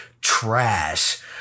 trash